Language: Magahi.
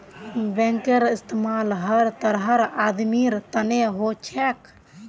बैंकेर इस्तमाल हर तरहर आदमीर तने हो छेक